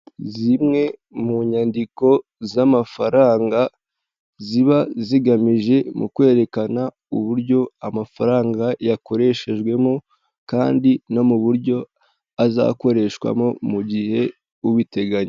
Zimwe mu nyandiko z'amafaranga ziba zigamije mu kwerekana uburyo amafaranga yakoreshejwemo kandi no mu buryo azakoreshwamo mu gihe ubiteganya.